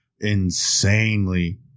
insanely